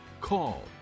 call